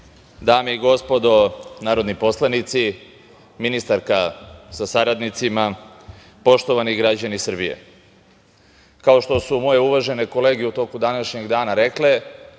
dame i gospodo narodni poslanici, ministarka sa saradnicima, poštovani građani Srbije, kao što su moje uvažene kolege u toku današnjeg dana rekle,